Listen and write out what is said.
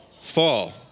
Fall